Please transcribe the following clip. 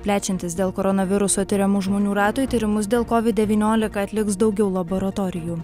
plečiantis dėl koronaviruso tiriamų žmonių ratui tyrimus dėl kovid devyniolika atliks daugiau laboratorijų